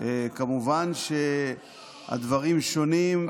כמובן שהדברים שונים,